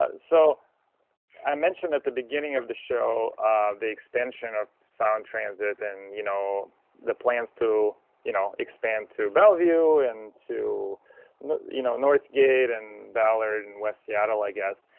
ah so i mentioned at the beginning of the show the expansion of sound transit and you know the plans to you know expand to bellevue, and to you know northgate, and ballard, and west seattle. i guess